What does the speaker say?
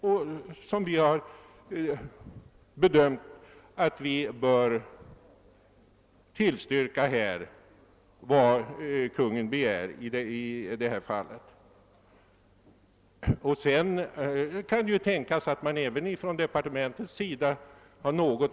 Vi har därför bedömt att vi bör tillstyrka, vad Kungl. Maj:t begär i detta fall.